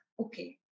okay